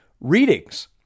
readings